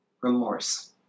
remorse